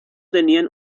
tenían